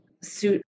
Suit